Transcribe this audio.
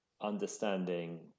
understanding